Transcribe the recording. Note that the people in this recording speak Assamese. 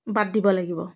বাদ দিব লাগিব